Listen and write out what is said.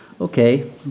Okay